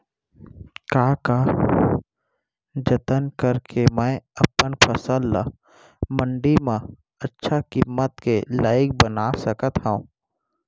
का का जतन करके मैं अपन फसल ला मण्डी मा अच्छा किम्मत के लाइक बना सकत हव?